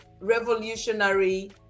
revolutionary